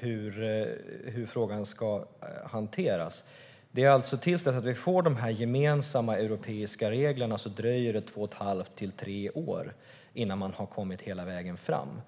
hur frågan ska hanteras. Till dess att vi får de gemensamma europeiska reglerna dröjer det två och ett halvt till tre år. Så lång tid dröjer det innan man har kommit hela vägen fram.